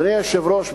אדוני היושב-ראש,